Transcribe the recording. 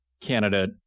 Canada